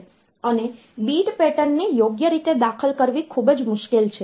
અને bit પેટર્નને યોગ્ય રીતે દાખલ કરવી ખૂબ જ મુશ્કેલ છે